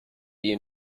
you